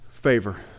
Favor